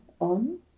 on